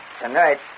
Tonight